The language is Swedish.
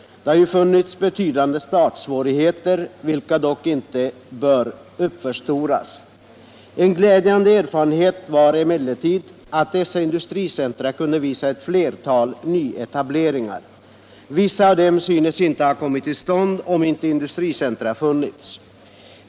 Man har ju haft betydande startsvårigheter, vilka dock inte bör uppförstoras. En glädjande erfarenhet var emellertid att dessa industricentra kunde uppvisa ett flertal nyetableringar. Vissa av dem synes inte ha skolat komma till stånd om inte industricentra funnits.